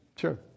Sure